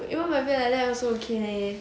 even my bed like that also okay